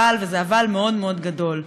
אבל, וזה אבל מאוד מאוד גדול: